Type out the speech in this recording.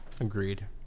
agreed